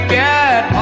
get